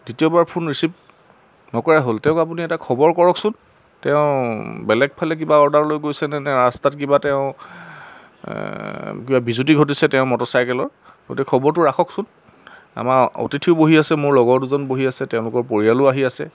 তেতিয়াৰ পৰা phone receive নকৰাই হ'ল তেওঁক আপুনি এটা খবৰ কৰকচোন তেওঁ বেলেগ ফালে কিবা অৰ্ডাৰ লৈ গৈছে নে নে ৰাস্তাত কিবা তেওঁ কিবা বিজুতি ঘটিছে তেওঁ মটৰচাইকেলৰ গতিকে খবৰটো ৰাখকচোন আমাৰ অতিথিও বহি আছে মোৰ লগৰ দুজন বহি আছে তেওঁলোকৰ পৰিয়ালো আহি আছে